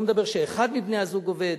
אני לא מדבר כשאחד מבני-הזוג עובד,